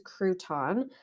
crouton